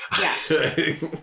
Yes